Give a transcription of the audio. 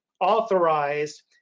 authorized